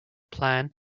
plan